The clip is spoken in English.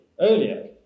earlier